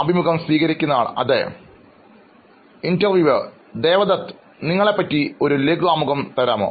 അഭിമുഖംസ്വീകരിക്കുന്നയാൾ അതെ അഭിമുഖം നടത്തുന്നയാൾ ദേവദത്ത് നിങ്ങളെക്കുറിച്ച് ഒരു ലഘു ആമുഖം തരാമോ